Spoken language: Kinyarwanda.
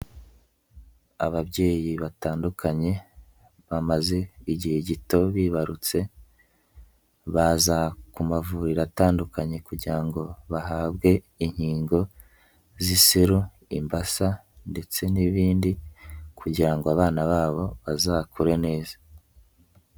Ababyeyi batandukanye bamaze igihe gito bibarutse baza ku mavuriro atandukanye kugira ngo bahabwe inkingo z'iseru, imbasa ndetse n'ibindi kugira ngo abana babo bazakure neza.